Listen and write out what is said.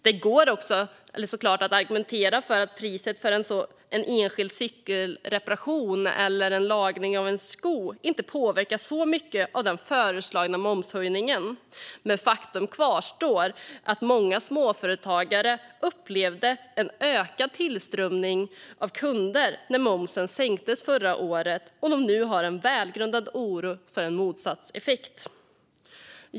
Det går såklart att argumentera för att priset för en enskild cykelreparation eller lagning av en sko inte påverkas så mycket av den föreslagna momshöjningen. Faktum kvarstår dock: Många småföretagare upplevde en ökad tillströmning av kunder när momsen sänktes förra året, och de känner nu välgrundad oro för en motsatt effekt.